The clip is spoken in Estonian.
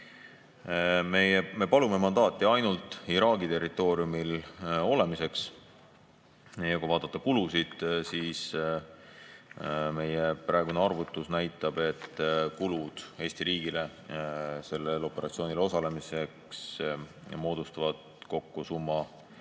Me palume mandaati ainult Iraagi territooriumil olemiseks. Kui vaadata kulusid, siis meie praegune arvutus näitab, et Eesti riigi kulud sellel operatsioonil osalemiseks moodustavad kokku 4,45